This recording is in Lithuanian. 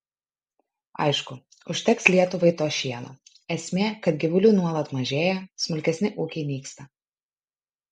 aišku užteks lietuvai to šieno esmė kad gyvulių nuolat mažėja smulkesni ūkiai nyksta